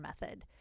Method